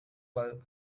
were